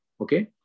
Okay